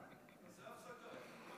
תעשה הפסקה.